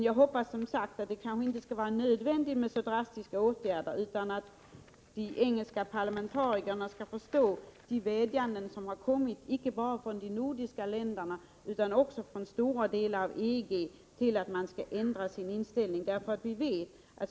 Jag hoppas dock att det inte skall vara nödvändigt med så drastiska åtgärder utan att de engelska parlamentarikerna skall förstå de vädjanden, som har kommit inte bara från de nordiska länderna utan även från stora delar av EG, om att England skall ändra sin inställning.